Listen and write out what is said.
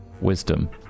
Wisdom